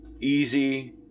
easy